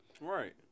Right